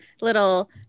little